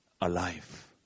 alive